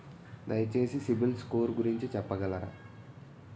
దయచేసి సిబిల్ స్కోర్ గురించి చెప్పగలరా?